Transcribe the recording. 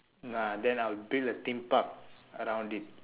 uh then I will build a theme park around it